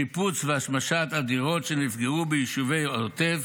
שיפוץ והשמשת הדירות שנפגעו ביישובי העוטף,